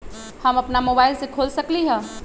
हम अपना मोबाइल से खोल सकली ह?